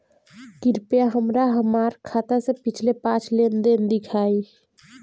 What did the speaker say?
कृपया हमरा हमार खाते से पिछले पांच लेन देन दिखाइ